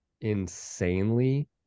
insanely